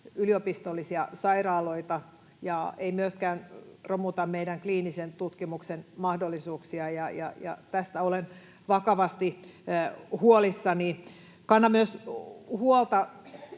yliopistollisia sairaaloita ja ei myöskään romuta meidän kliinisen tutkimuksen mahdollisuuksia, ja tästä olen vakavasti huolissani. Kannan huolta